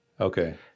Okay